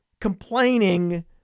complaining